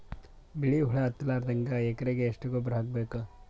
ಬಿಳಿ ಹುಳ ಹತ್ತಲಾರದಂಗ ಎಕರೆಗೆ ಎಷ್ಟು ಗೊಬ್ಬರ ಹಾಕ್ ಬೇಕು?